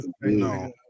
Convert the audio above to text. no